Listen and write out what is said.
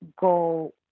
go